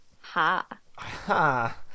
Ha